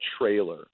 trailer